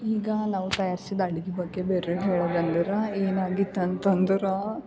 ಈಗ ನಾವು ತಯಾರ್ಸಿದ ಅಡುಗೆ ಬಗ್ಗೆ ಬೇರೆವ್ರು ಹೇಳೋದಂದ್ರೆ ಏನಾಗಿತ್ತು ಅಂತಂದ್ರೆ